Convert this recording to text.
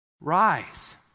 Rise